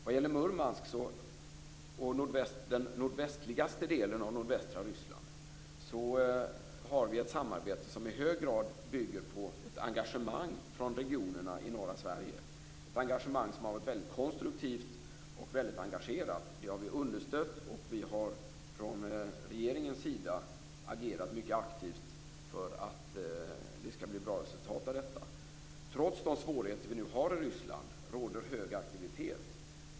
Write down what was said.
Vad gäller Murmansk och den nordvästligaste delen av nordvästra Ryssland har vi ett samarbete som i hög grad bygger på ett engagemang från regionerna i norra Sverige, ett engagemang som har varit väldigt konstruktivt. Det har vi understött, och vi har från regeringens sida agerat mycket aktivt för att det skall bli bra resultat av detta. Trots de svårigheter man nu har i Ryssland råder hög aktivitet.